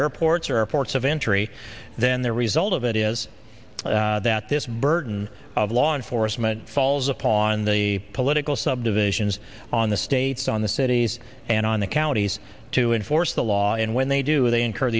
airports or reports of injury then there result of it is that this burden of law enforcement falls upon the political subdivisions on the states on the cities and on the counties to enforce the law and when they do they incur